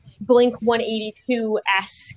Blink-182-esque